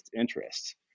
interests